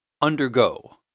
Undergo